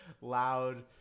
loud